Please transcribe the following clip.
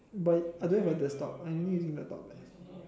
but I don't have a desktop I need to use laptop